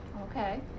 Okay